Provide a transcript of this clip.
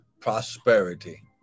prosperity